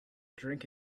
drink